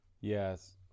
Yes